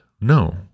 No